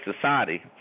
society